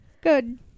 Good